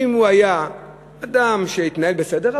אם הוא היה אדם שהתנהל בסדר,